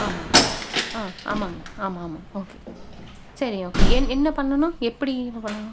ஆமாம் ஆ ஆமாங்க ஆமாம் ஆமாம் ஓகே சரிங்க ஓகே என் என்ன பண்ணணும் எப்படி பண்ணணும்